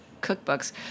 cookbooks